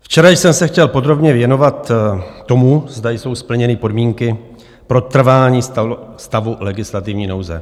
Včera jsem se chtěl podrobně věnovat tomu, zda jsou splněny podmínky pro trvání stavu legislativní nouze.